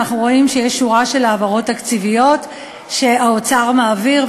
ואנחנו רואים שיש שורה של העברות תקציביות שהאוצר מעביר.